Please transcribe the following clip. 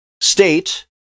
state